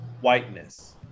whiteness